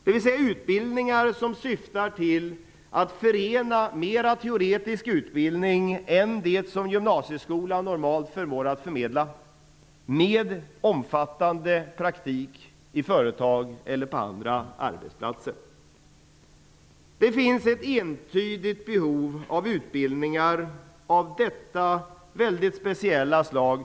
Det är utbildningar som syftar till att förena en mer teoretisk utbildning än gymnasieskolan normalt sett förmår förmedla, med omfattande praktik i företag eller på andra arbetsplatser. Det finns ett entydigt behov av utbildningar av detta väldigt speciella slag.